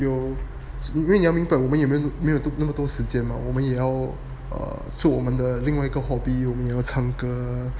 有你要明白我们有没有没有那么多时间嘛我们也要做 err 我们的另外一个 hobby 我们也唱歌